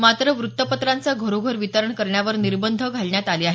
मात्र वृत्तपत्रांचं घरोघर वितरण करण्यावर निर्बंध घालण्यात आले आहेत